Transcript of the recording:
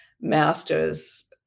masters